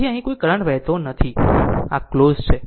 તેથી અહીં પણ કોઈ કરંટ વહેતો નથી અને આ ક્લોઝ છે